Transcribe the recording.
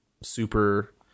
super